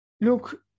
look